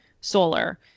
solar